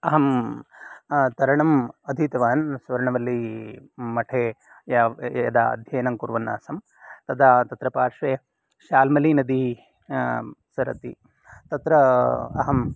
अहं तरणम् अधीतवान् स्वर्णवल्लीमठे यदा अध्ययनङ्कुर्वन् आसं तदा तत्र पार्श्वे शाल्मलीनदी सरति तत्र अहं